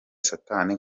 satani